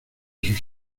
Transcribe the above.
sus